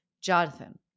Jonathan